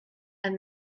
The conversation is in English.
and